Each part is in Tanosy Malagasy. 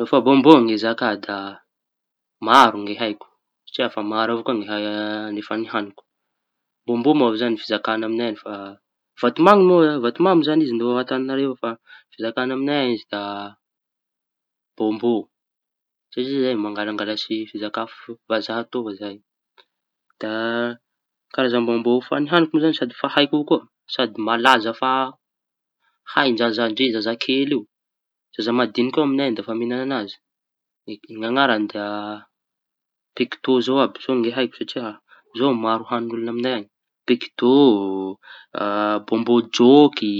No fa bonbon no zaka da maro ny haiko, satria efa maro avao ko ko ny efa nihañiko. Bonbon moa zañy fizakaña amiñay añy. Fa vatomamy vatomamy moa izy Antañanarivo aty io. Fa añy amiñay izy alo da bonbon zahay mangalangalatsy fizaka vazaha zay. Da karaza bonbon efa nihañiko moa sady haiko teña malaza. Fa haiñy zaza àby ndre zazakely io zaza mandiñiky io amiñay añy da efa nihiñana añazy. Ny añarany da pektô, zao àby zao ny haiko. Satria zao maro hanin'olo amiñay pektô, a bonbon jôky.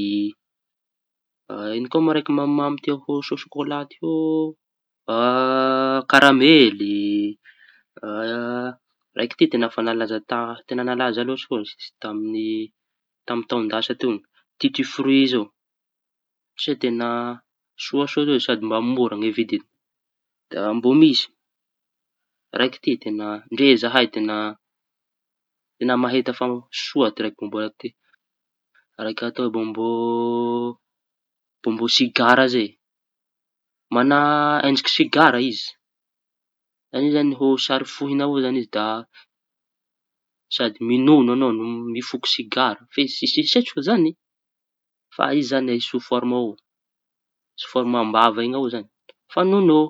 Iño io koa raiky mamy mamy ho sokôla ty? O karamely avao raiky ty teña efa nalaza teña nalaza loatsy izy ty tamy taon-dasa atao. Tity fri zao soa soa zao sady mba mora ny vidiñy. Da mbô misy raiky teña zahay da teña mahita fa soa raiky atao bonbon raiky atao bonbon sigara zay maña endriky sigara izy io zañy sry foiñao avao izy da sady miñono añao no mifoky sigara tsisy fa izy tsisy setroky zañy fa izy zañy ahia sofôrme avao sofôrme am-bava iñy zañy fa ñono.